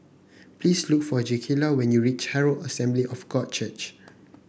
please look for Jakayla when you reach Herald Assembly of God Church